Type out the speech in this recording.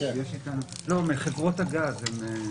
הצעת תקנות העבירות המינהליות (קנס מינהלי - בטיחות